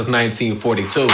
1942